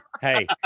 hey